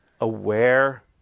aware